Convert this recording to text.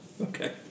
Okay